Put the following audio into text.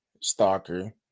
Stalker